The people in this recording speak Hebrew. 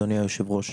אדוני היושב-ראש,